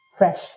fresh